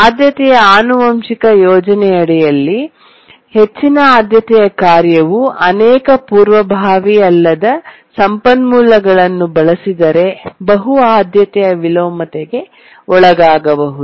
ಆದ್ಯತೆಯ ಆನುವಂಶಿಕ ಯೋಜನೆಯಡಿಯಲ್ಲಿ ಹೆಚ್ಚಿನ ಆದ್ಯತೆಯ ಕಾರ್ಯವು ಅನೇಕ ಪೂರ್ವಭಾವಿ ಅಲ್ಲದ ಸಂಪನ್ಮೂಲಗಳನ್ನು ಬಳಸಿದರೆ ಬಹು ಆದ್ಯತೆಯ ವಿಲೋಮತೆಗೆ ಒಳಗಾಗಬಹುದು